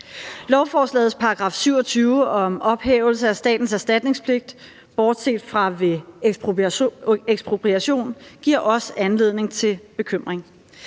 Lovforslagets § 27 om ophævelse af statens erstatningspligt, bortset fra ved ekspropriation, giver os anledning til bekymring.